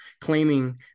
claiming